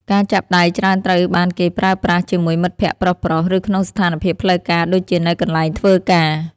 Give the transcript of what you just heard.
ការចាប់ដៃច្រើនត្រូវបានគេប្រើប្រាស់ជាមួយមិត្តភក្តិប្រុសៗ ឬក្នុងស្ថានភាពផ្លូវការដូចជានៅកន្លែងធ្វើការ។